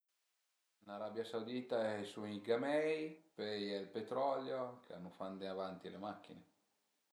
Ën Arabia Saudita a i sun i gamei, pöi a ie ël petrolio ch'a nu fa andé avanti le machin-e